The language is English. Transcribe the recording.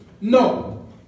No